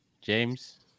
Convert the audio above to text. James